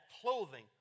clothing